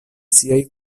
siaj